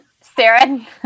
Sarah